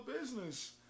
business